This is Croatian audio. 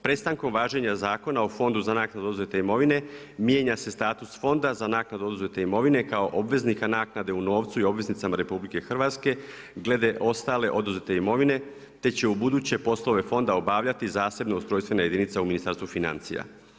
Prestankom važenja Zakona o fondu za naknadnu oduzete imovine mijenja se status fonda za naknadu oduzete imovine, kao obveznika naknade u novcu i obveznicima RH, glede ostale oduzete imovine, te će ubuduće poslove fonda obavljati zasebna ustrojstvena jedinica u Ministarstvu financija.